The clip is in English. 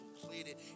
completed